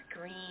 green